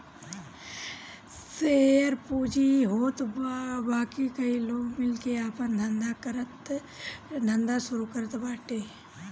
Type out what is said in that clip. share पूंजी इ होत बाकी कई लोग मिल के आपन धंधा शुरू करत बाटे